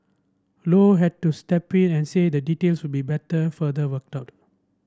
low had to step in and say that details would be better further worked out